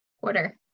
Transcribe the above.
quarter